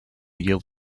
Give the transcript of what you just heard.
yield